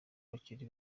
bakiri